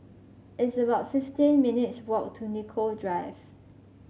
it's about fifteen minutes' walk to Nicoll Drive